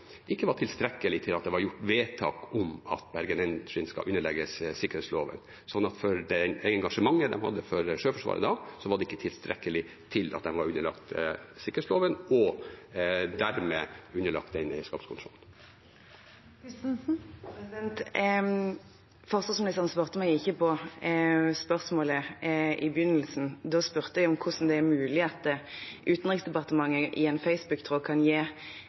ikke var tilstrekkelig til at det var gjort vedtak om at Bergen Engines skal underlegges sikkerhetsloven. Så når det gjelder det engasjementet de hadde for Sjøforsvaret da, var det ikke tilstrekkelig til at de var underlagt sikkerhetsloven og dermed underlagt den eierskapskontrollen. Det blir oppfølgingsspørsmål – først Jette F. Christensen. Forsvarsministeren svarte meg ikke på spørsmålet i begynnelsen. Da spurte jeg hvordan det er mulig at Utenriksdepartementet i en Facebook-tråd kan gi